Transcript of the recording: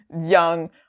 young